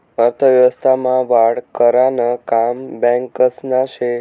अर्थव्यवस्था मा वाढ करानं काम बॅकासनं से